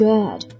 Good